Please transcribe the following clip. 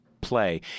play